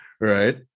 right